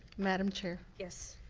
madam chair. yes.